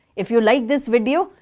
if you like this video,